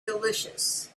delicious